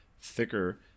thicker